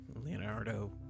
Leonardo